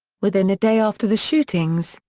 within a day after the shootings,